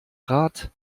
rad